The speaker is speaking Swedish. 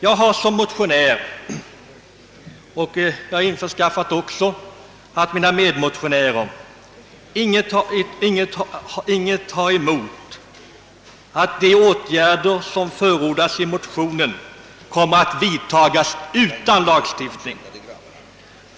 Jag har som motionär — och detsamma gäller enligt vad jag inhämtat även mina medmotionärer — ingenting emot att de åtgärder som förordas i motionen kommer att vidtagas utan lagstiftning.